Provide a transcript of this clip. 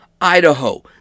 Idaho